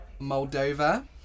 Moldova